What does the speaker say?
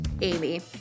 Amy